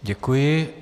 Děkuji.